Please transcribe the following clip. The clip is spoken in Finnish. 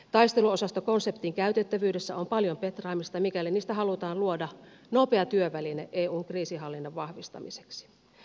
taisteluosastokonseptin käytettävyydessä on paljon petraamista mikäli niistä halutaan luoda nopea työväline eun kriisinhallinnan vahvistamiseksi